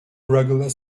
regular